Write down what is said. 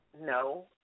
no